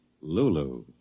Lulu